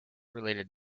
related